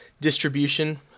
distribution